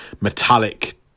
metallic